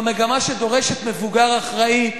זו מגמה שדורשת מבוגר אחראי.